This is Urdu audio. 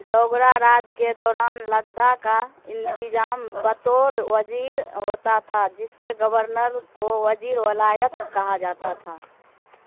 ڈوگرہ راج کے دوران لدا کا انتظام بطور وزیر ہوتا تھا، جس کے گورنر کو وزیرِ ولایت کہا جاتا تھا